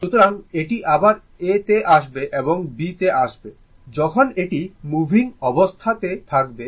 সুতরাং এটি আবার A তে আসবে এবং B তে আসবে যখন এটি মুভিং অবস্থা তে থাকবে